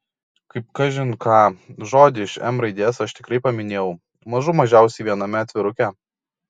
kaip kažin ką žodį iš m raidės aš tikrai paminėjau mažų mažiausiai viename atviruke